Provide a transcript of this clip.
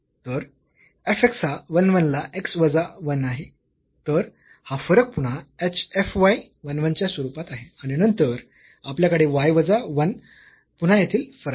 तर f x हा 1 1 ला x वजा 1 आहे तर हा फरक पुन्हा h f y 1 1 च्या स्वरूपात आहे आणि नंतर आपल्याकडे y वजा 1 पुन्हा येथील फरक आहे